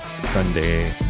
Sunday